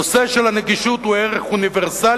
הנושא של הנגישות הוא ערך אוניברסלי,